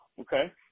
Okay